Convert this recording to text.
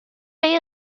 این